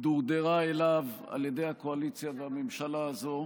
דורדרה אליו על ידי הקואליציה והממשלה הזאת,